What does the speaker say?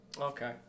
okay